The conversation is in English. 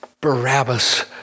Barabbas